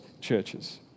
churches